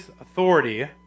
authority